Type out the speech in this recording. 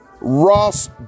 Ross